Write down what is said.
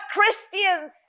Christians